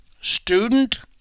student